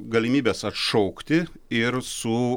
galimybės atšaukti ir su